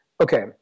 okay